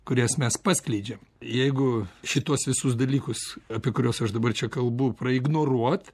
kurias mes paskleidžiam jeigu šituos visus dalykus apie kuriuos aš dabar čia kalbu praignoruot